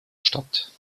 statt